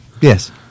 Yes